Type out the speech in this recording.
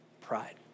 Pride